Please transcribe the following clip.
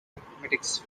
mathematics